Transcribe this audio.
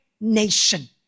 nation